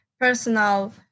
personal